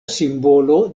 simbolo